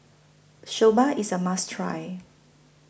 Soba IS A must Try